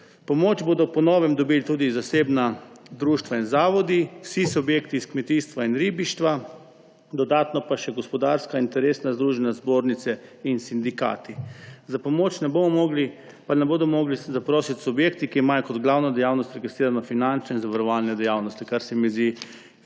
Pomoč bodo po novem dobili tudi zasebna društva in zavodi, vsi subjekti iz kmetijstva in ribištva, dodatno pa še gospodarska interesna združenja, zbornice in sindikati. Za pomoč pa ne bodo mogli zaprositi subjekti, ki imajo za glavno dejavnost registrirane finančne in zavarovalne dejavnosti, kar se mi zdi logično.